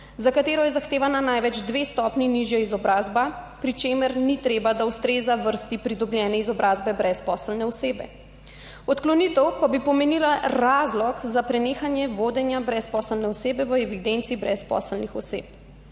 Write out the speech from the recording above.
za katero je zahtevana največ dve stopnji nižja izobrazba, pri čemer ni treba, da ustreza vrsti pridobljene izobrazbe brezposelne osebe, odklonitev pa bi pomenila razlog za prenehanje vodenja brezposelne osebe v evidenci brezposelnih oseb.